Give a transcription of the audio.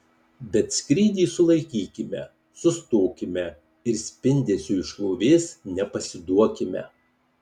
bet skrydį sulaikykime sustokime ir spindesiui šlovės nepasiduokime